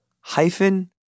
hyphen